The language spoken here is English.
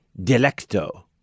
Delecto